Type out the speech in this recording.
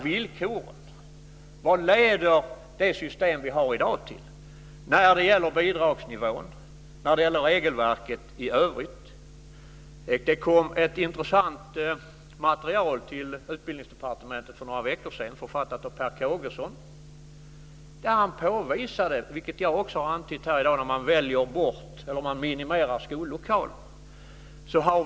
Vad leder det system vi har i dag till när det gäller bidragsnivån och regelverket i övrigt? Det kom ett intressant material till Utbildningsdepartementet för några veckor sedan författat av Per Kågesson där han påvisade vad som händer när man minimerar eller väljer bort skollokaler, vilket också jag har antytt här i dag.